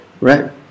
Right